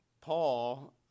Paul